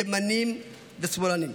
ימנים ושמאלנים.